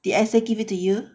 did I say give it to you